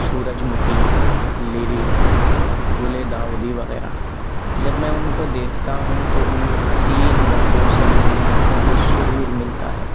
سورج مکھی لیلی گل داؤدی وغیرہ جب میں ان کو دیکھتا ہوں تو ان حسین رنگوں سے میری آنکھوں کو سرور ملتا ہے